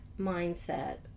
mindset